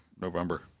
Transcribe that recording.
November